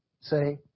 Say